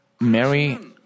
Mary